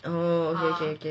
oh oh okay okay